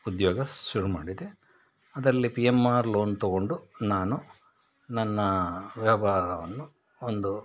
ಉದ್ಯೋಗ ಶುರು ಮಾಡಿದೆ ಅದರಲ್ಲಿ ಪಿ ಎಮ್ ಆರ್ ಲೋನ್ ತೊಗೊಂಡು ನಾನು ನನ್ನ ವ್ಯಾಪಾರವನ್ನು ಒಂದು